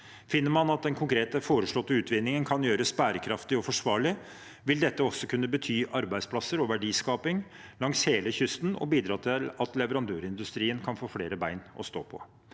Finner man at den konkrete foreslåtte utvinningen kan gjøres bærekraftig og forsvarlig, vil det også kunne bety arbeidsplasser og verdiskaping langs hele kysten og bidra til at leverandørindustrien kan få flere bein å stå på.